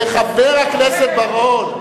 חבר הכנסת בר-און.